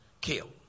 kill